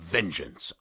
Vengeance